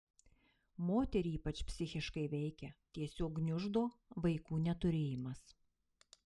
moterį ypač psichiškai veikia tiesiog gniuždo vaikų neturėjimas